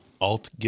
Alt